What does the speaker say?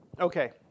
Okay